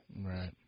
right